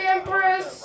Empress